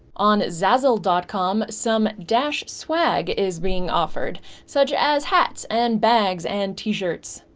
on zazzle dot com some dash swag is being offered such as hats and bags and t-shirts.